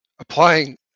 applying